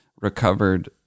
recovered